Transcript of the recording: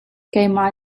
keimah